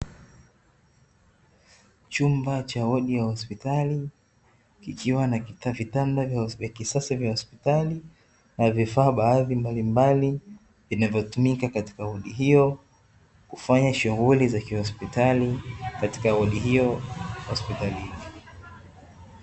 Chumba cha wodi ya hosipitali kikiwa na vitanda vya kisasa vya hosipitali na vifaa baadhi mbalimbali, vinavyotumika katika wodi hiyo kufanya shughuli za kihospitali, katika wodi hiyo hospitalini.